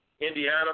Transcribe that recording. Indiana